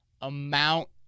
amount